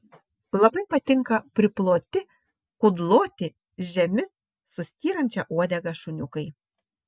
labai patinka priploti kudloti žemi su styrančia uodega šuniukai